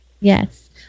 Yes